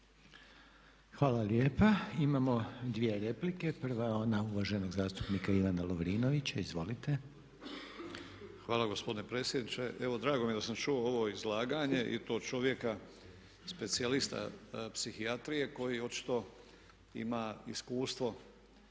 Hvala lijepa. Imamo dvije replike. Prva je ona uvaženog zastupnika Ivana Lovrinovića. Izvolite. **Lovrinović, Ivan (MOST)** Hvala gospodine predsjedniče. Evo drago mi je da sam čuo ovo izlaganje i to čovjeka specijalista psihijatrije koji očito ima iskustvo.